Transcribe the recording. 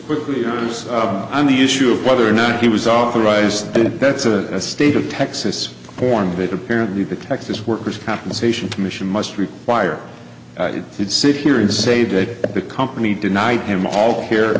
quickly on us on the issue of whether or not he was authorized it bet's a state of texas form of it apparently the texas workers compensation commission must require he'd sit here and say that the company denied him all here